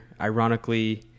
ironically